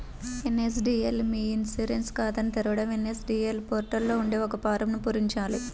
NSDL మీ e insurance ఖాతాని తెరవడం ఎన్.ఎస్.డి.ఎల్ పోర్టల్ లో ఉండే ఒక ఫారమ్ను పూరించాలి